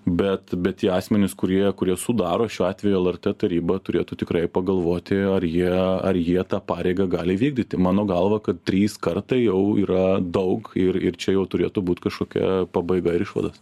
bet bet tie asmenys kurie kurie sudaro šiuo atveju lrt tarybą turėtų tikrai pagalvoti ar jie ar jie tą pareigą gali vykdyti mano galva kad trys kartai jau yra daug ir ir čia jau turėtų būt kažkokia pabaiga ir išvados